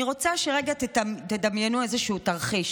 אני רוצה שרגע תדמיינו איזשהו תרחיש.